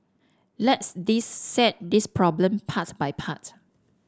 let's dissect this problem part by part